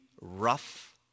rough